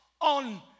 on